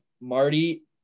marty